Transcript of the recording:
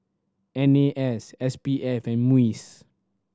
N A S S P F and MUIS